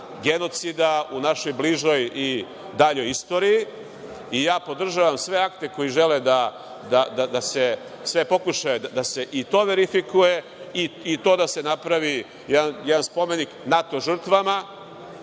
genocida u našoj bližoj i daljoj istoriji i podržavam sve akte koji žele, sve pokušaje da se i to verifikuje i da se napravi jedan spomenik NATO žrtvama,